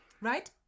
Right